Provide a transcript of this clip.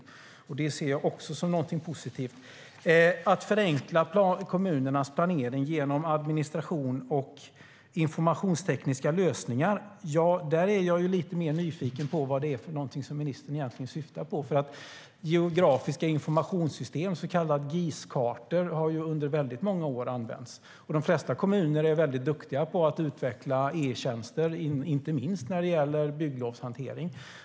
Det är också positivt. Jag är lite nyfiken på vad ministern syftar på när han talar om att förenkla kommunernas planering genom administration och informationstekniska lösningar. Geografiska informationssystem, så kallade GIS-kartor, har använts under många år. De flesta kommuner är duktiga på att utveckla e-tjänster, inte minst när det gäller bygglovshantering.